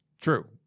True